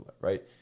right